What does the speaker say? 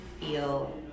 feel